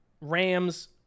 Rams